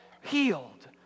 healed